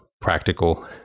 practical